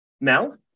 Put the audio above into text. Mel